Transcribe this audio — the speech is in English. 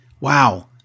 wow